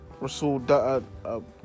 Rasul